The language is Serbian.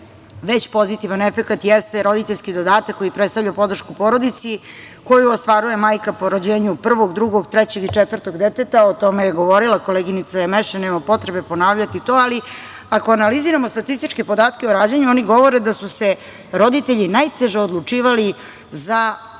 već pozitivan efekat jeste roditeljski dodatak koji predstavlja podršku porodici, koju ostvaruje majka po rođenju, prvog, drugog, trećeg i četvrtog deteta, a tome je govorila koleginica Emeše, nema potrebe ponavljati to, ali ako analiziramo statističke podatke o rađanju oni govore da su se roditelji najteže odlučivali za